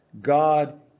God